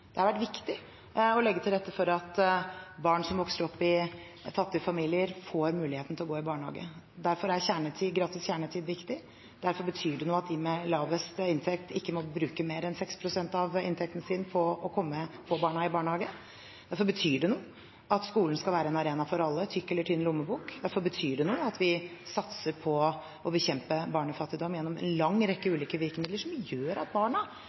Det har vært viktig å legge til rette for at barn som vokser opp i fattige familier, får muligheten til å gå i barnehage. Derfor er gratis kjernetid viktig. Derfor betyr det noe at de med lavest inntekt ikke må bruke mer enn 6 pst. av inntekten sin på å få barna i barnehage. Og det betyr noe at skolen skal være en arena for alle – tykk eller tynn lommebok. Derfor betyr det noe at vi satser på å bekjempe barnefattigdom gjennom en lang rekke ulike virkemidler, som gjør at barna